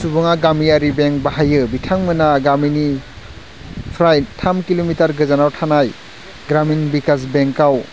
सुबुङा गामियारि बेंक बाहायो बिथांमोना गामिनिफ्राय थाम किल'मिटार गोजानाव थानाय ग्रामिन बिकास बेंकआवनो